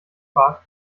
quark